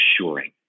assuring